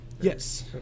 Yes